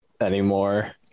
anymore